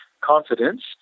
Confidence